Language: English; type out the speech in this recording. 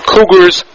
Cougars